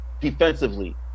defensively